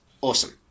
Awesome